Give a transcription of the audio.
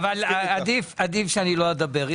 עדיף שלא אדבר.